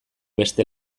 beste